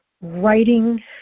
Writing